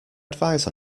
advise